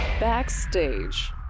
Backstage